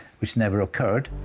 which never occurred.